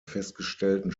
festgestellten